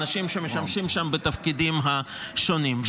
הנשים שמשמשות שם בתפקידים שונים.